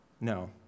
No